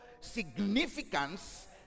significance